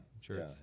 sure